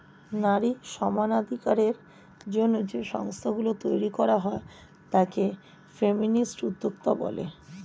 নারী সমানাধিকারের জন্য যে সংস্থা গুলো তৈরী করা হয় তাকে ফেমিনিস্ট উদ্যোক্তা বলে